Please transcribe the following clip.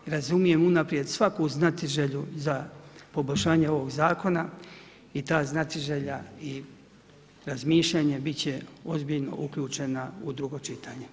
Razumijem unaprijed svaku znatiželju za poboljšanje ovog zakona i ta znatiželja i razmišljanje bit će ozbiljno uključeno u drugo čitanje.